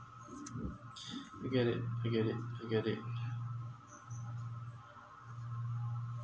forget it forget it forget it